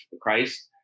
Christ